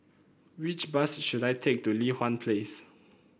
which bus should I take to Li Hwan Place